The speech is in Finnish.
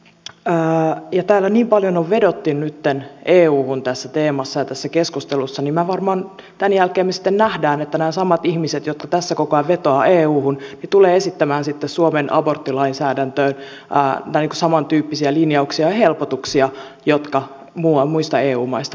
täällä on niin paljon vedottu nyt euhun tässä teemassa ja keskustelussa että varmaan tämän jälkeen me sitten näemme että nämä samat ihmiset jotka koko ajan vetoavat euhun tulevat esittämään sitten suomen aborttilainsäädäntöön samantyyppisiä linjauksia ja helpotuksia joita muista eu maista löytyy